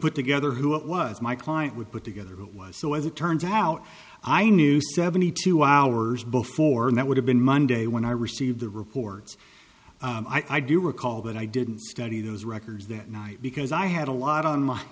put together who it was my client would put together it was so as it turns out i knew seventy two hours before and that would have been monday when i received the reports i do recall that i didn't study those records that night because i had a lot on line